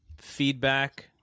feedback